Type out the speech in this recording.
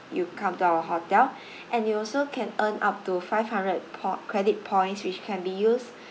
you come to our hotel and you also can earn up to five hundred po~ credit points which can be used